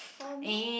for me